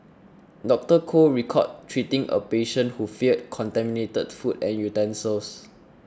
Doctor Koh recalled treating a patient who feared contaminated food and utensils